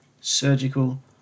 surgical